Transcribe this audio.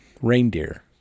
reindeer